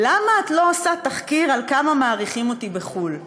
למה את לא עושה תחקיר על כמה מעריכים אותי בחו"ל?